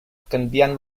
canviant